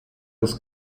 jest